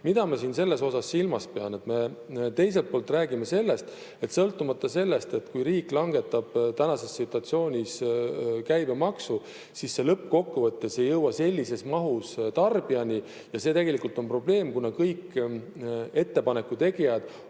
Mida ma siin silmas pean? Me räägime, et sõltumata sellest, kas riik langetab tänases situatsioonis käibemaksu, see lõppkokkuvõttes ei jõua sellises mahus tarbijani ja see tegelikult on probleem, kuna kõik ettepaneku tegijad